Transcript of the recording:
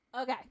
Okay